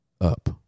up